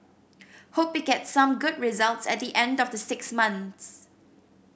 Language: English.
hope it gets some good results at the end of the six months